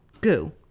Goo